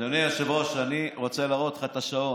אדוני היושב-ראש, אני רוצה להראות לך את השעון.